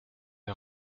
der